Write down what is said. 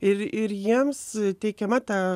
ir ir jiems teikiama ta